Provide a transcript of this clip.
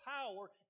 power